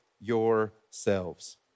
yourselves